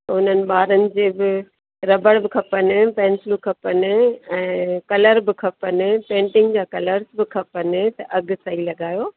त उन्हनि ॿारनि जे बि रबड़ बि खपनि पेंसिलूं खपनि ऐं कलर बि खपनि पेंटिग जा कलर्स बि खपनि त अघु सही लॻायो